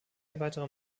weitere